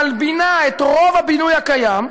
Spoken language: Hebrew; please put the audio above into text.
מלבינה את רוב הבינוי הקיים,